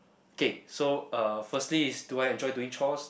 okay so uh firstly is do I enjoy doing chores